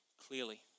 clearly